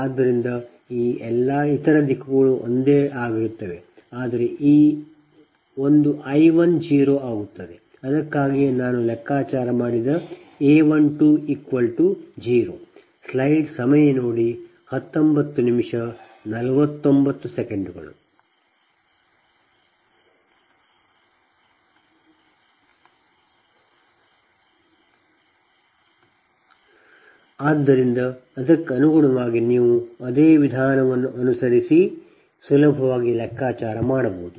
ಆದ್ದರಿಂದ ಈ ಎಲ್ಲಾ ಇತರ ದಿಕ್ಕುಗಳು ಒಂದೇ ಆಗಿರುತ್ತವೆ ಆದರೆ ಈ ಒಂದು I 1 0 ಆಗುತ್ತದೆ ಅದಕ್ಕಾಗಿಯೇ ನಾನು ಲೆಕ್ಕಾಚಾರ ಮಾಡಿದ A 12 0 ಆದ್ದರಿಂದ ಅದಕ್ಕೆ ಅನುಗುಣವಾಗಿ ನೀವು ಅದೇ ವಿಧಾನವನ್ನು ಅನುಸರಿಸಿ ಸುಲಭವಾಗಿ ಲೆಕ್ಕಾಚಾರ ಮಾಡಬಹುದು